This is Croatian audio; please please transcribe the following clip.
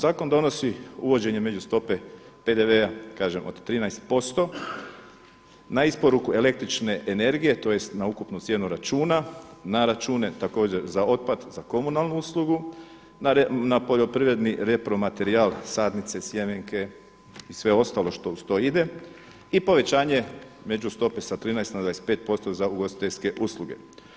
Zakon donosi uvođenje međustope PDV-a kažem od 13% na isporuku električne energije tj. na ukupnu cijenu računa, na račune također za otpad, za komunalnu uslugu, na poljoprivredni repromaterijal sadnice, sjemenke i sve ostalo što uz to ide i povećanje međustope sa 13 na 25% za ugostiteljske usluge.